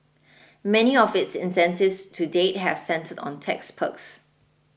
many of its incentives to date have centred on tax perks